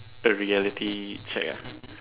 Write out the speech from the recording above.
the reality check ah